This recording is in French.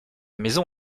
maison